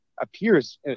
appears